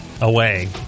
away